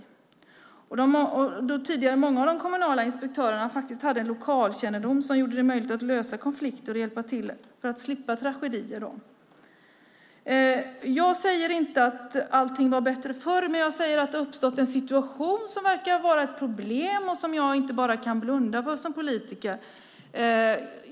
Många av de tidigare kommunala inspektörerna hade faktiskt en lokalkännedom som gjorde det möjligt att lösa konflikter och hjälpa till för att slippa tragedier. Jag säger inte att allting var bättre förr, men jag säger att det har uppstått en situation som verkar vara ett problem och som jag som politiker inte bara kan blunda för.